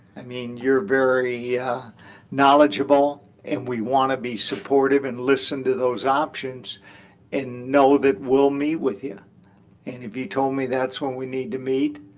i mean, you're very yeah knowledgeable and we want to be supportive and listen to those options and know that we'll meet with you. and if you told me that's when we need to meet,